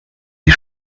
die